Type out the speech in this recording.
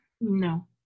no